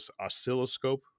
oscilloscope